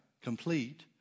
complete